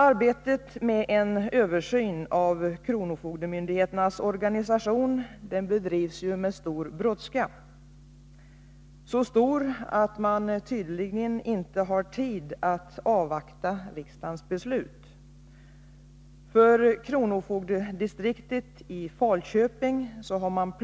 Arbetet med en översyn av kronofogdemyndigheternas organisation bedrivs med stor brådska, så stor att man tydligen inte har tid att avvakta riksdagens beslut. Det finns planer på att kronofogdedistriktet i Falköping skall